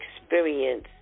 experience